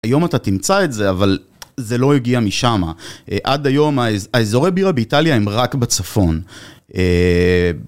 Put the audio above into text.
היום אתה תמצא את זה אבל זה לא הגיע משם, עד היום האזורי בירה באיטליה הם רק בצפון.